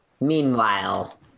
Meanwhile